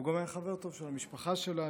הוא גם היה חבר טוב של המשפחה שלנו.